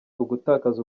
ugutakaza